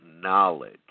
Knowledge